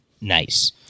Nice